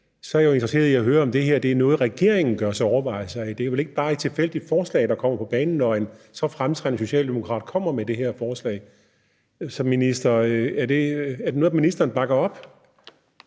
– er jeg jo interesseret i at høre, om det her er noget, som regeringen gør sig overvejelser om. Det er vel ikke bare et tilfældigt forslag, der kommer på banen, når en så fremtrædende socialdemokrat kommer med det her forslag. Er det noget, ministeren bakker op?